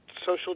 Social